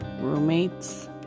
roommates